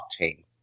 octane